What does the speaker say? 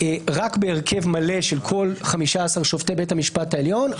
רק בהרכב מלא של כל 15 שופטי בית המשפט העליון,